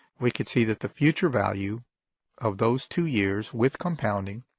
we could see that the future value of those two years with compounding